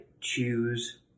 choose